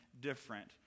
different